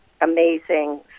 amazing